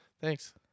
thanks